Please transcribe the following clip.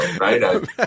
right